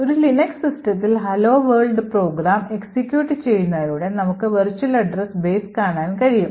ഒരു ലിനക്സ് സിസ്റ്റത്തിൽ hello world program execute ചെയ്യുന്നതിലൂടെ നമുക്ക് വിർച്വൽ അഡ്രസ്സ് ബേസ് കാണാൻ കഴിയും